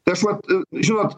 tai aš vat žinot